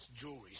Jewelry